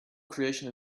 creation